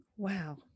Wow